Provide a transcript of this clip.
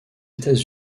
états